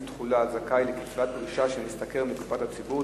אי-תחולה על זכאי לקצבת פרישה של משתכר מקופת הציבור),